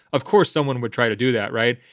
of course someone would try to do that. right.